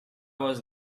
was